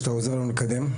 שאתה עוזר לנו לקדם.